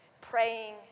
praying